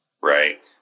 Right